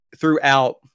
throughout